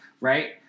right